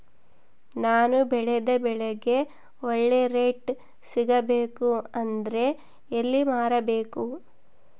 ನಾನು ಬೆಳೆದ ಬೆಳೆಗೆ ಒಳ್ಳೆ ರೇಟ್ ಸಿಗಬೇಕು ಅಂದ್ರೆ ಎಲ್ಲಿ ಮಾರಬೇಕು?